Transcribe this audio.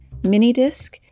Minidisc